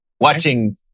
Watching